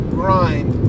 grind